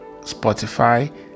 Spotify